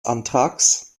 antrags